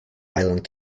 island